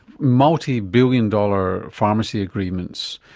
multibillion dollar pharmacy agreements,